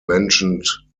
mentioned